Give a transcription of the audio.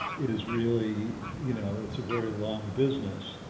is really, you know, it's a very long business.